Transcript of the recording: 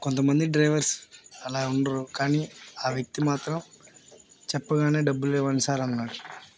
కొంతమంది డ్రైవర్స్ అలా ఉండరు కానీ ఆ వ్యక్తి మాత్రం చెప్పగానే డబ్బులు ఇవ్వండి సార్ అన్నాడు